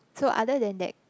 so other than that